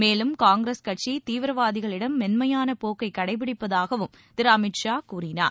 மேலும் காங்கிரஸ் கட்சி தீவிரவாதிகளிடம் மென்மையான போக்கை கடைப்பிடிப்பதாகவும் திரு அமித்ஷா கூறினார்